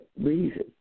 reason